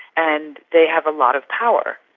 and they have a lot of power,